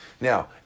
Now